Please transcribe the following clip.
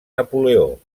napoleó